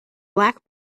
black